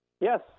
Yes